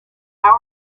hours